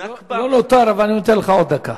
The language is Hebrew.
לא נותר, אבל אני נותן לך עוד דקה.